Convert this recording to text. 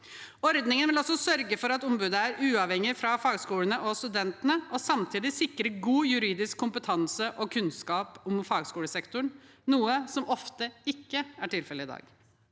Ordningen vil også sørge for at ombudet er uavhengig fra fagskolene og studentene og samtidig sikre god juridisk kompetanse og kunnskap om fagskolesektoren, noe som ofte ikke er tilfellet i dag.»